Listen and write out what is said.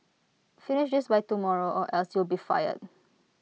finish this by tomorrow or else you'll be fired